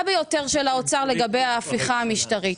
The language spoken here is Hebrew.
ביותר של האוצר לגבי ההפיכה המשטרית.